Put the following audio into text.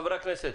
חברי הכנסת,